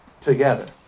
Together